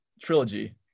trilogy